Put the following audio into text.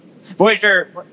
Voyager